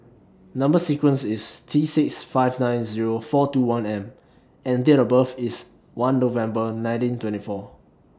Number sequence IS T six five nine Zero four two one M and Date of birth IS one November nineteen twenty four